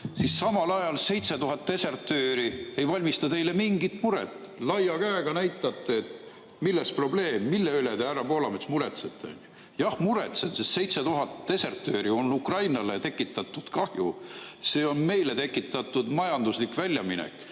kulu. 7000 desertööri ei valmista teile mingit muret. Laia käega näitate, et milles probleem, mille üle te, härra Poolamets, muretsete. Jah, muretsen, sest 7000 desertööri on Ukrainale tekitatud kahju. See on meile tekitatud majanduslik väljaminek